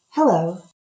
Hello